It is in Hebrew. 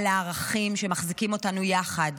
על הערכים שמחזיקים אותנו יחד.